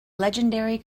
legendary